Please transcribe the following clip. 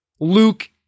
Luke